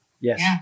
Yes